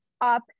up